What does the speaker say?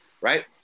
right